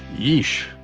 yeesh.